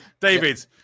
David